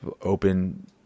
open